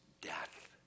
death